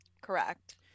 Correct